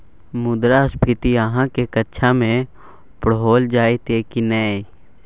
मुद्रास्फीति अहाँक कक्षामे पढ़ाओल जाइत यै की नै?